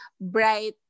bright